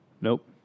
Nope